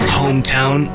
hometown